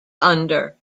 under